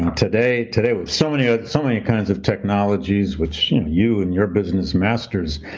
today today with so many ah so many kinds of technologies, which you and your business masters,